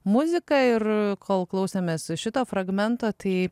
muzika ir kol klausėmės šito fragmento tai